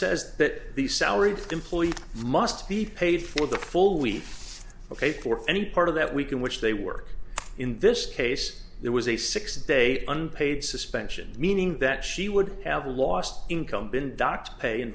says that the salaried employees must be paid for the full week ok for any part of that we can which they work in this case there was a six day unpaid suspension meaning that she would have lost income been docked pay in